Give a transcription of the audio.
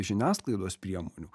žiniasklaidos priemonių